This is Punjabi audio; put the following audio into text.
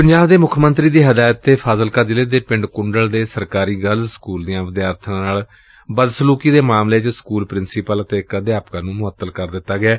ਪੰਜਾਬ ਦੇ ਮੁੱਖ ਮੰਤਰੀ ਦੀ ਹਦਾਇਤ ਤੇ ਫਾਜ਼ਿਲਕਾ ਜ਼ਿਲੇ ਦੇ ਪਿੰਡ ਕੁੰਡਲ ਦੇ ਸਰਕਾਰੀ ਗਰਲਜ਼ ਸਕੁਲ ਦੀਆ ਵਿਦਿਆਰਥਣਾ ਨਾਲ ਬਦ ਸਲੁਕੀ ਦੇ ਮਾਮਲੇ ਚ ਸਕੁਲ ਪ੍ਰਿਸੀਪਲ ਅਤੇ ਇਕ ਅਧਿਆਪਕਾ ਨੂੰ ਮੁੱਤਲ ਕਰ ਦਿੱਤਾ ਗਿਐ